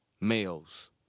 males